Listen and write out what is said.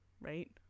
right